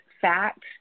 facts